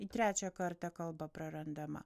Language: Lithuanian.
į trečią kartą kalba prarandama